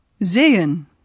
sehen